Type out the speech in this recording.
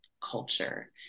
culture